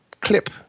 clip